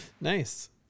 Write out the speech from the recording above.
Nice